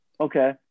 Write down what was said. Okay